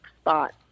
spot